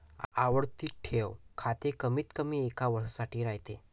आवर्ती ठेव खाते कमीतकमी एका वर्षासाठी राहते